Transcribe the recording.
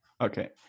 Okay